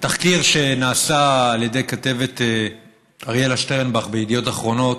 בתחקיר שנעשה על ידי הכתבת אריאלה שטרנבך בידיעות אחרונות,